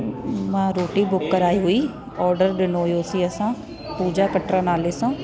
मां रोटी बुक कराई हुई ऑडर ॾिनो हुयोसीं असां पूजा कटरा नाले सां